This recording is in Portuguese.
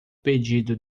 pedido